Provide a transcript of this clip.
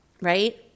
Right